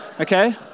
okay